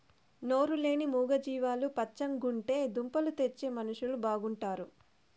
నోరు లేని మూగ జీవాలు పచ్చగుంటే దుంపలు తెచ్చే మనుషులు బాగుంటారు